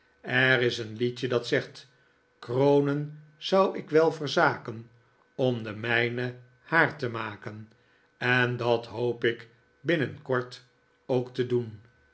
er is een liedje dat zegt kronen zou ik wel verzaken om de mijne haar te maken en dat hoop ik binnenkort ook te doen